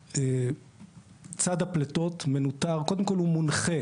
כל צד הפליטות קודם כל הוא מונחה